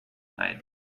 ein